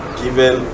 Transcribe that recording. given